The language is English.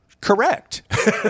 Correct